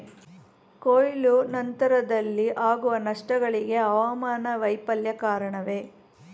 ಕೊಯ್ಲು ನಂತರದಲ್ಲಿ ಆಗುವ ನಷ್ಟಗಳಿಗೆ ಹವಾಮಾನ ವೈಫಲ್ಯ ಕಾರಣವೇ?